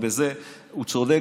ובזה הוא צודק,